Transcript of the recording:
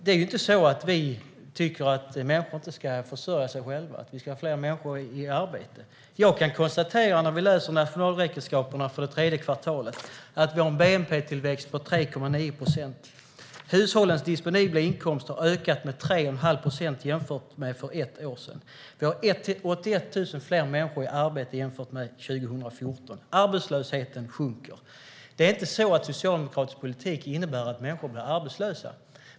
Det är ju inte så att vi tycker att människor inte ska försörja sig själva eller att vi inte ska ha fler människor i arbete. Jag kan konstatera när jag läser nationalräkenskaperna för det tredje kvartalet att vi har en bnp-tillväxt på 3,9 procent. Hushållens disponibla inkomster har ökat med 3 1⁄2 procent jämfört med för ett år sedan. Vi har 81 000 fler människor i arbete jämfört med 2014. Arbetslösheten sjunker. Det är inte så att socialdemokratisk politik innebär att människor blir arbetslösa.